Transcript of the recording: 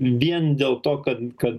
vien dėl to kad kad